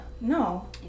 No